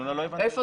לא שמענו